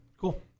Cool